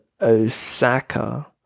osaka